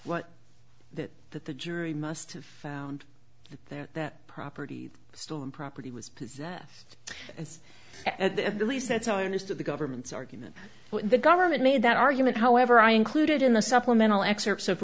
that what that the jury must found that property stolen property was that and at least that's how i understood the government's argument the government made that argument however i included in the supplemental excerpts of